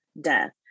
death